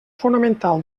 fonamental